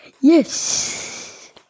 Yes